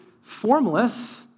formless